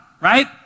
right